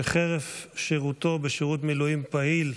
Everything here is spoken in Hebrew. שחרף שירותו בשירות מילואים פעיל,